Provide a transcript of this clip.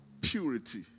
purity